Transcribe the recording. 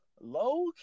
low